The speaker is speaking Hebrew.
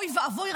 אוי ואבוי,